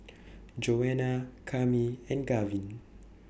Joanna Cami and Gavin